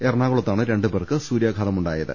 എറ ണാകുളത്താണ് രണ്ട് പേർക്ക് സൂര്യാഘാതമുണ്ടായത്